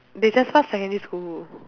they trespass secondary school